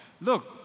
Look